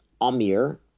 amir